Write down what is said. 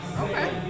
Okay